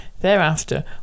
Thereafter